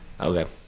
Okay